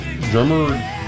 drummer